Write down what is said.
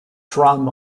drum